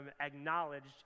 acknowledged